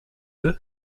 the